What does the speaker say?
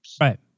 Right